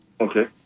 Okay